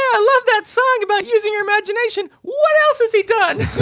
i love that song about using your imagination. what else has he done?